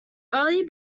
early